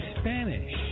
Spanish